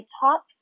top